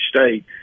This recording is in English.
state